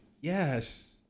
Yes